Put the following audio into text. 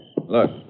Look